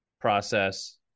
process